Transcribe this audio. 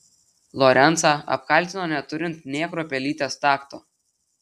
lorencą apkaltino neturint nė kruopelytės takto